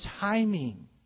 timing